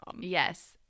yes